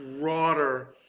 broader